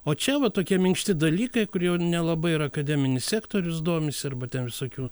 o čia va tokie minkšti dalykai kur jau nelabai ir akademinis sektorius domisi arba ten visokių